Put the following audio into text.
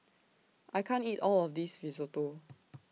I can't eat All of This Risotto